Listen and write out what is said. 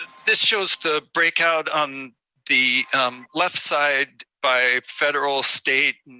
this shows the breakout on the left side by federal state, and